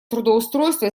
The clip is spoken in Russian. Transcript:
трудоустройства